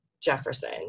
Jefferson